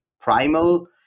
primal